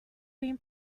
been